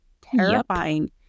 terrifying